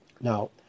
Now